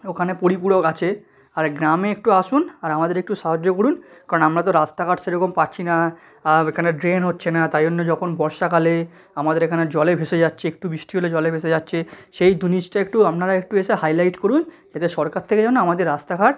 ওখানে পরিপূরক আছে আর গ্রামে একটু আসুন আর আমাদের একটু সাহায্য করুন কারণ আমরা তো রাস্তাঘাট সেরকম পাচ্ছি না এখানে ড্রেন হচ্ছে না তাই জন্য যখন বর্ষাকালে আমাদের এখানে জলে ভেসে যাচ্ছে একটু বৃষ্টি হলে জলে ভেসে যাচ্ছে সেই জিনিসটা একটু আপনারা একটু এসে হাইলাইট করুন যাতে সরকার থেকে যেন আমাদের রাস্তাঘাট